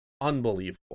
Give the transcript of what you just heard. unbelievable